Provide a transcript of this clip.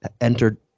entered